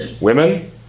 Women